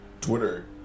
Twitter